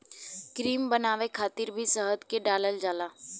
cream बनावे खातिर भी शहद के डालल जाला